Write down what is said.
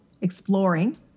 exploring